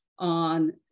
on